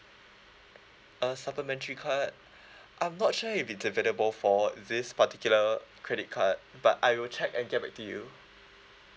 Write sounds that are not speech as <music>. a supplementary card <breath> I'm not sure if it's available for this particular credit card but I will check and get back to you